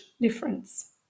difference